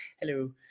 hello